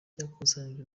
byakusanyijwe